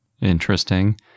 Interesting